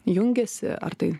jungiasi ar tai